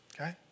Okay